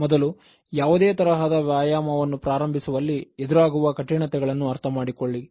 ಮೊದಲು ಯಾವುದೇ ತರಹದ ವ್ಯಾಯಾಮವನ್ನು ಪ್ರಾರಂಭಿಸುವಲ್ಲಿ ಎದುರಾಗುವ ಕಠಿಣತೆ ಗಳನ್ನು ಅರ್ಥಮಾಡಿಕೊಳ್ಳಿ